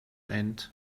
end